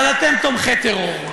אבל אתם תומכי טרור.